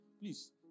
Please